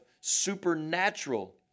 supernatural